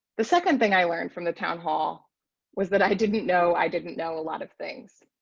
the second thing i learned from the town hall was that i didn't know i didn't know a lot of things.